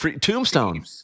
Tombstone